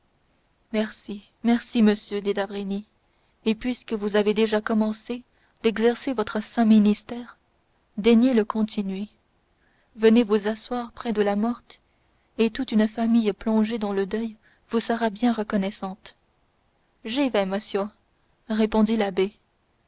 merci merci monsieur dit d'avrigny et puisque vous avez déjà commencé d'exercer votre saint ministère daignez le continuer venez vous asseoir près de la morte et toute une famille plongée dans le deuil vous sera bien reconnaissante j'y vais monsieur répondit l'abbé